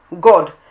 God